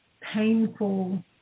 painful